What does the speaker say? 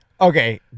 Okay